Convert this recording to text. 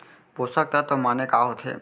पोसक तत्व माने का होथे?